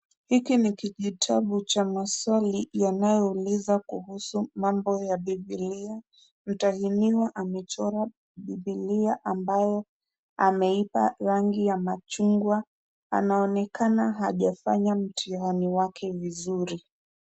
Hiki ni kijitabu cha maswali yanayouliza kuhusu mambo ya bibilia. Mtahiniwa amechora bibilia ambayo ameipa rangi ya machungwa. Anaonekana hajafanya mtihani wake vizuri.